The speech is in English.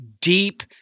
deep